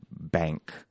bank